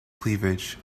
cleavage